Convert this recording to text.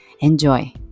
enjoy